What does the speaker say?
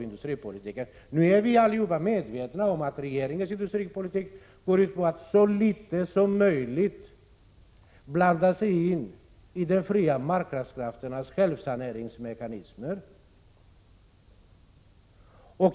Nu är vi allihop medvetna om att regeringens politik går ut på att så litet som möjligt blanda sig i de fria marknadskrafternas självsaneringsmekanismer.